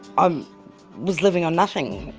um was living on nothing.